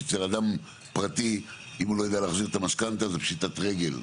כי אצל אדם פרטי אם הוא לא יודע להחזיר את המשכנתא זו פשיטת רגל,